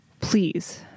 please